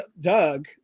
Doug